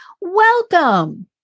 Welcome